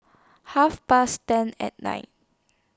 Half Past ten At Night